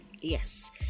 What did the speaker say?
yes